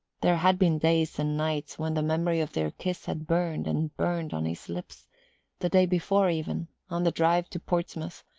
there had been days and nights when the memory of their kiss had burned and burned on his lips the day before even, on the drive to portsmouth,